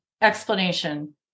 explanation